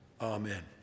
Amen